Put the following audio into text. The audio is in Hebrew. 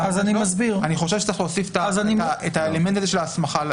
שצריך להוסיף את האלמנט הזה של ההסמכה.